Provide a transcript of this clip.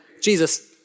Jesus